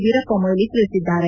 ವೀರಪ್ಪಮೊಯ್ಲಿ ತಿಳಿಸಿದ್ದಾರೆ